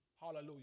Hallelujah